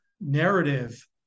narrative